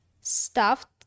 Stuffed